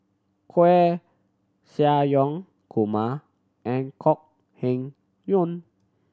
Koeh Sia Yong Kumar and Kok Heng Leun